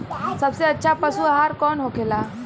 सबसे अच्छा पशु आहार कौन होखेला?